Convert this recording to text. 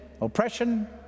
oppression